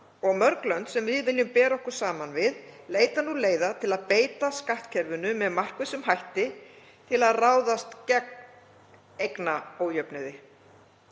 og mörg lönd sem við viljum bera okkur saman við leita nú leiða til að beita skattkerfinu með markvissum hætti til að ráðast gegn eignaójöfnuði.